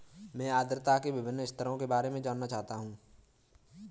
मैं आर्द्रता के विभिन्न स्तरों के बारे में जानना चाहता हूं